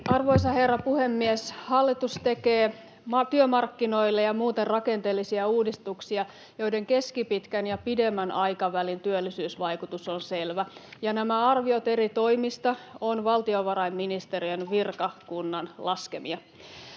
Arvoisa herra puhemies! Hallitus tekee työmarkkinoille ja muuten rakenteellisia uudistuksia, joiden keskipitkän ja pidemmän aikavälin työllisyysvaikutus on selvä. Nämä arviot eri toimista ovat valtiovarainministeriön virkakunnan laskemia.